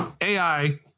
AI